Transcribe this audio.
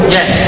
Yes